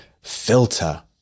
filter